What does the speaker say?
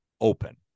open